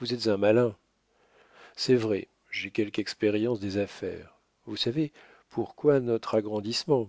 vous êtes un malin c'est vrai j'ai quelque expérience des affaires vous savez pourquoi notre agrandissement